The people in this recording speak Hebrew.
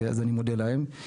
אז אני מודה להם.